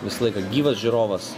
visą laiką gyvas žiūrovas